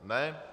Ne.